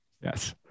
yes